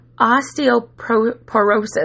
osteoporosis